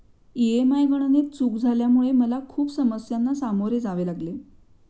EMI गणनेत चूक झाल्यामुळे मला खूप समस्यांना सामोरे जावे लागले